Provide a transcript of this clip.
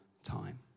time